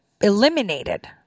eliminated